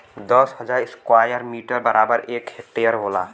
दस हजार square meter बराबर एक हेक्टेयर होला